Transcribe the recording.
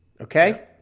Okay